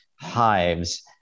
hives